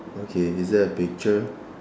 okay is there a picture